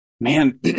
Man